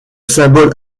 symbole